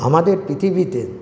আমাদের পৃথিবীতে